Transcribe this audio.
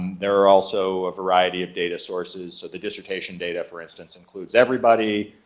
there are also a variety of data sources of the dissertation data for instance includes everybody.